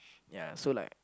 yeah so like